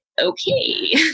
Okay